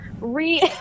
re